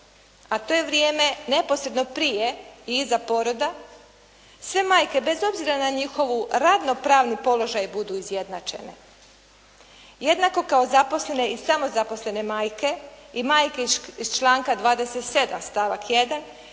a to je vrijeme neposredno prije i iza poroda, sve majke bez obzira na njihovu radno pravni položaj, budu izjednačene. Jednako kao zaposlene i samozaposlene majke i majke iz članka 27. stavak 1.,